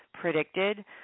predicted